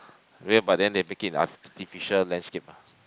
real but then they make it an artificial landscape ah